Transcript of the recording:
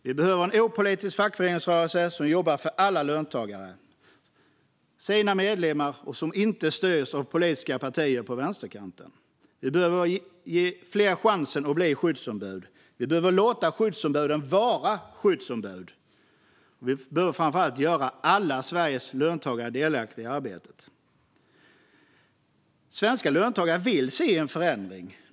Vi behöver en opolitisk fackföreningsrörelse som jobbar för alla löntagare, sina medlemmar, och som inte stöds av politiska partier på vänsterkanten. Vi behöver ge fler chansen att bli skyddsombud. Vi behöver låta skyddsombuden vara skyddsombud. Vi behöver framför allt göra alla Sveriges löntagare delaktiga i arbetsmiljöarbetet. Svenska löntagare vill se en förändring.